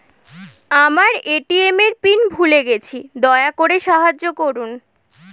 আমার এ.টি.এম এর পিন ভুলে গেছি, দয়া করে সাহায্য করুন